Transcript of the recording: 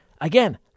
Again